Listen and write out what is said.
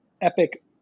epic